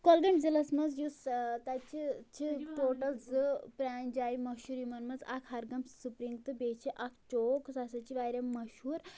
کۄلگٲمۍ ضِلعَس منٛز یُس تَتہِ چھِ چھِ ٹوٹَل زٕ پرٛانہِ جایہِ مشہوٗر یِمَن منٛز اَکھ ہَرگَم سُپرِنٛگ تہٕ بیٚیہِ چھِ اَکھ چوک سُہ ہَسا چھِ واریاہ مشہوٗر